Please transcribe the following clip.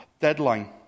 deadline